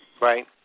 right